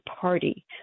party